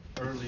early